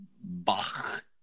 Bach